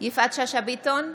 יפעת שאשא ביטון,